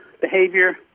behavior